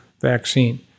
vaccine